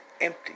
empty